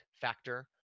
factor